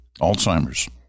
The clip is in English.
Alzheimer's